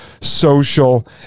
social